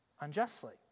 unjustly